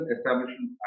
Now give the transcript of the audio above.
Establishment